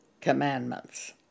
commandments